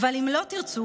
"אבל אם לא תרצו,